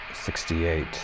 sixty-eight